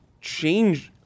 change